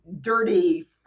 dirty